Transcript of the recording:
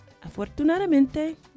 afortunadamente